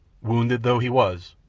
wounded though he was,